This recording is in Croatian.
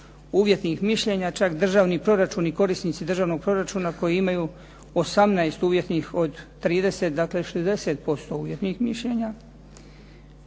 uvjetnih mišljenja, čak državni proračun i korisnici državnog proračuna koji imaju 18 uvjetnih od 30, dakle 60% uvjetnih mišljenja,